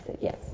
yes